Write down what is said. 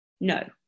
no